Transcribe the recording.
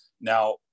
now